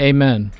Amen